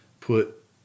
put